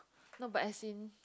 no but as in